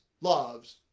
loves